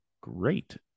great